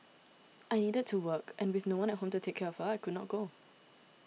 I needed to work and with no one at home to take care of her I could not go